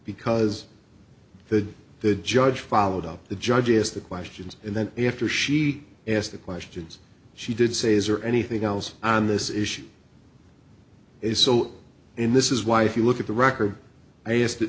because the the judge followed up the judge is the questions and then after she asked the questions she did say is or anything else on this issue is so in this is why if you look at the record i used